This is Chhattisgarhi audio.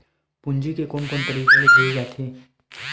पूंजी कोन कोन तरीका ले भेजे जाथे?